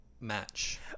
match